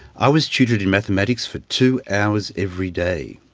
i was tutored in mathematics for two hours every day.